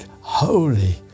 holy